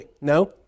No